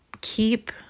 keep